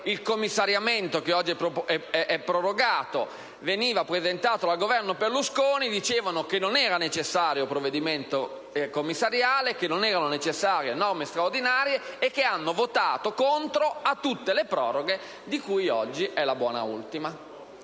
il commissariamento che oggi è prorogato veniva presentato dal Governo Berlusconi, dicevano che non era necessario un provvedimento commissariale, che non erano necessarie norme straordinarie e che hanno votato contro tutte le proroghe di cui quella di oggi è la buona ultima.